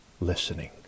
listening